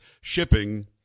Shipping